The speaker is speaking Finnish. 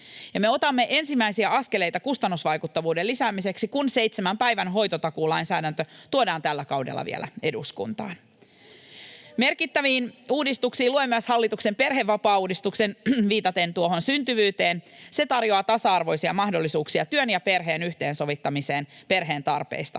otamme ensimmäisiä askeleita kustannusvaikuttavuuden lisäämiseksi, kun 7 päivän hoitotakuulainsäädäntö tuodaan tällä kaudella vielä eduskuntaan. Merkittäviin uudistuksiin luen myös hallituksen perhevapaauudistuksen — viitaten tuohon syntyvyyteen. Se tarjoaa tasa-arvoisia mahdollisuuksia työn ja perheen yhteensovittamiseen perheen tarpeista